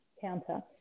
counter